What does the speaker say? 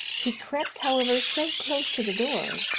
he crept, however, so close to the door,